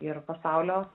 ir pasaulio